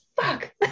fuck